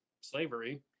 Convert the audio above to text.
slavery